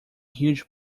huge